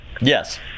Yes